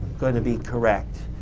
going to be correct?